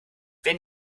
wenn